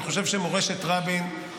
אני חושב שמורשת רבין,